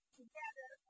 together